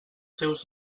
seus